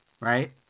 right